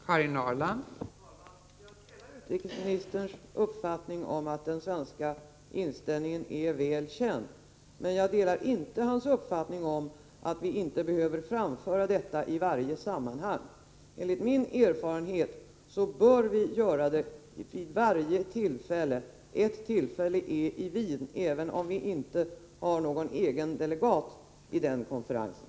Fru talman! Jag delar utrikesministerns uppfattning om att den svenska inställningen är väl känd, men jag delar inte hans uppfattning att vi inte behöver framföra detta i varje sammanhang. Enligt min erfarenhet bör vi göra det vid varje tillfälle — ett tillfälle är i Wien, även om vi inte har någon egen delegat vid den konferensen.